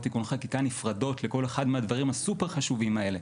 תיקון חקיקה נפרדות לכל אחד מהדברים הסופר-חשובים האלה.